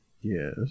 yes